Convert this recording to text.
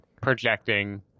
projecting